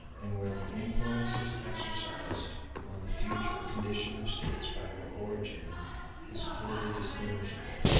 and where the influences exercised on the future condition of states by their origin is clearly distinguishable.